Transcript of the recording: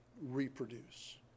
reproduce